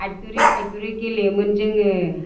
आइदुरि फायदुरि गेलेयोमोन जोङो